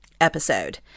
episode